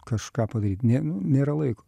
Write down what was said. kažką padaryt nė nėra laiko